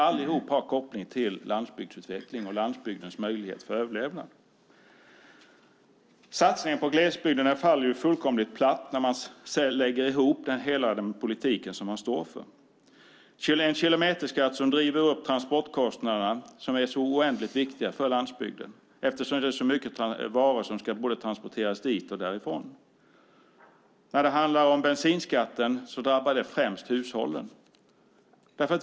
Allt har koppling till landsbygdsutveckling och landsbygdens möjlighet till överlevnad. Satsningen på glesbygden faller helt platt när man lägger ihop den politik som man står för. Kilometerskatten driver upp kostnaderna för transporter som är så oerhört viktiga för landsbygden eftersom många varor ska transporteras dit och därifrån. Bensinskatten drabbar främst hushållen.